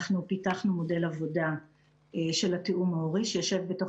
אנחנו פיתחנו מודל עבודה של התיאום ההורי שיושב בתוך